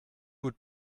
would